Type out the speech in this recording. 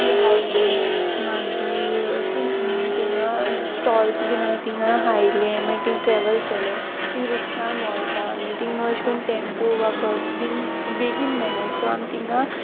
ती हायली मागी अेश कोन्न तिंगा स्टॉल्स बीन आहाय तिंगा हायलें मागी तींग ट्रॅव्हल केलें तींग रिक्षान भोंवता आमी तींग अेश कोन्न टॅम्पो वा बस बीन बेगीन मेणाय सो आम तिंगा